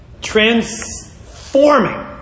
transforming